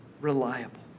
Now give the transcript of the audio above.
reliable